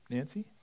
Nancy